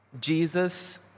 Jesus